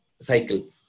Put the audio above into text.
cycle